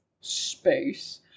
space